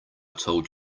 told